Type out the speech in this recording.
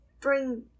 bring